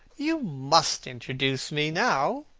you must introduce me now,